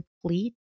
complete